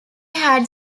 had